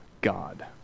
God